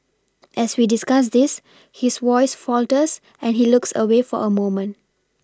as we discuss this his voice falters and he looks away for a moment